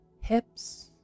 hips